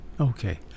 Okay